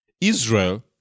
Israel